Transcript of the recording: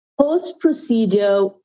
Post-procedure